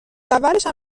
اولشم